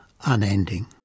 unending